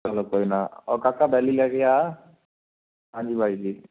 ਚਲ ਕੋਈ ਨਾ ਓ ਕਾਕਾ ਬੈਲੀ ਲੈ ਕੇ ਆ ਹਾਂਜੀ ਬਾਈ ਜੀ